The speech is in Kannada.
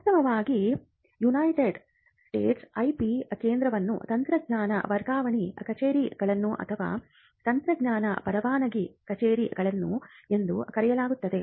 ವಾಸ್ತವವಾಗಿ ಯುನೈಟೆಡ್ ಸ್ಟೇಟ್ಸ್ನಲ್ಲಿ IP ಕೇಂದ್ರಗಳನ್ನು ತಂತ್ರಜ್ಞಾನ ವರ್ಗಾವಣೆ ಕಚೇರಿಗಳು ಅಥವಾ ತಂತ್ರಜ್ಞಾನ ಪರವಾನಗಿ ಕಚೇರಿಗಳು ಎಂದು ಕರೆಯಲಾಗುತ್ತದೆ